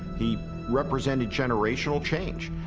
he represented generational change.